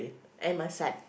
and my son